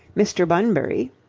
mr. bunbury,